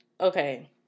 Okay